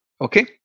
okay